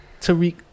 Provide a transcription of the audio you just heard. Tariq